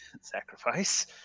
sacrifice